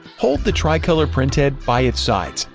hold the tri-color printhead by its sides,